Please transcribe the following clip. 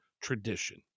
tradition